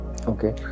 Okay